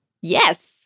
Yes